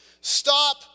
stop